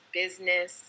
business